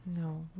No